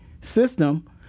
system